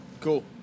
Cool